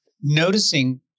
noticing